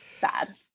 bad